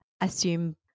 assume